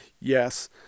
yes